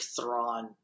Thrawn